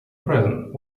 present